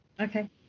Okay